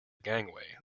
gangway